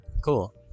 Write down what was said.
cool